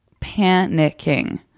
panicking